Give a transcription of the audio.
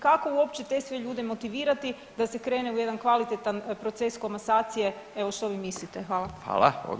Kako uopće te sve ljude motivirati da se krene u jedan kvalitetan proces komasacije evo što vi mislite?